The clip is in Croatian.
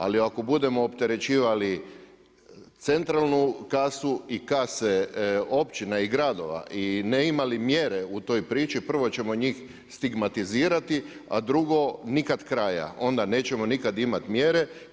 Ali ako budemo opterećivali centralnu kasu i kase općina i gradova i ne imali mjere u toj priči prvo ćemo njih stigmatizirati, a drugo nikad kraja, onda nećemo nikad imati mjere.